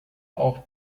auch